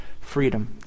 freedom